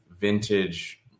vintage